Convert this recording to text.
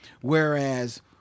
Whereas